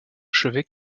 chevet